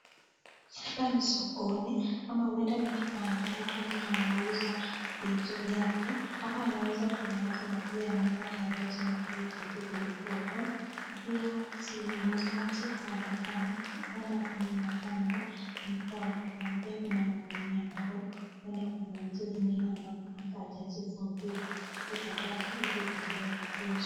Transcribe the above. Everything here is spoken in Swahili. Hapa ni sokoni, ama huenda ni kibanda ambapo mtu anauza vitu vyake. Hapa anauza viazi na pia anauza karoti na pia pilipili hoho. Na pia, si muuzaji haonekani, huenda ako nyuma ya kamera ambapo haonekani. Pia kuna magunia ambavyo huenda kuna vitu vingine ambavyo hata hajazifungua, ili baadaye hizi zingine zikiisha.